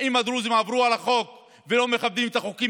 האם הדרוזים עברו על החוק ולא מכבדים את החוקים